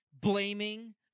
blaming